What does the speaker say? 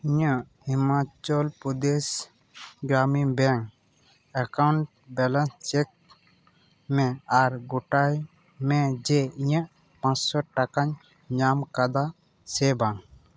ᱤᱧᱟᱹᱜ Himachal Pradesh Gramin bank account balance check ᱢᱮ ᱟᱨ ᱜᱚᱴᱟᱭ ᱢᱮ ᱡᱮ ᱤᱧᱟᱹᱜ ᱯᱟᱸᱪ ᱥᱚ ᱴᱟᱠᱟᱧ ᱧᱟᱢ ᱟᱠᱟᱫᱟ ᱥᱮ ᱵᱟᱝ